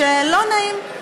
שלא נעים,